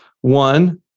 One